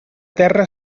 terra